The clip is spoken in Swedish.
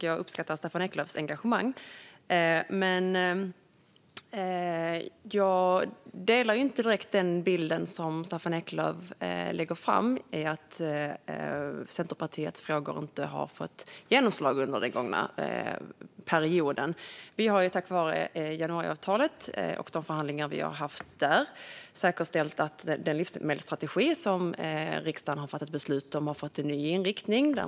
Jag uppskattar Staffan Eklöfs engagemang, men jag delar inte direkt den bild som han lägger fram av att Centerpartiets frågor inte har fått genomslag under den gångna perioden. Vi har tack vare januariavtalet och förhandlingar inom det säkerställt att den livsmedelsstrategi som riksdagen har fattat beslut om har fått en ny inriktning.